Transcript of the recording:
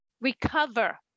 recover